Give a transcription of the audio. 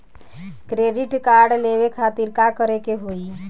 Credit card लेवे खातिर का करे के होई?